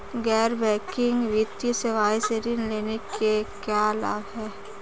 गैर बैंकिंग वित्तीय सेवाओं से ऋण लेने के क्या लाभ हैं?